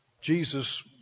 Jesus